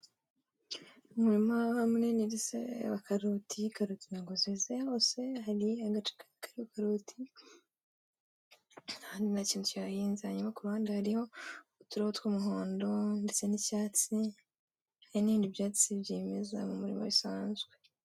Umurima munini ndetse wa karoti karoti ntabwo zeze hose, hari agace kariho karoti ahandi nta kintu kihahinze, hanyuma ku ruhande hariho uturabo tw'umuhondo ndetse n'icyatsi, hari n'ibindi byatsi byimeza mu murima bisanzwe.